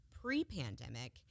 pre-pandemic